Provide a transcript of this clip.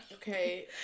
okay